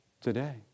today